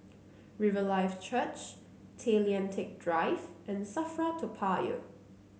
Riverlife Church Tay Lian Teck Drive and Safra Toa Payoh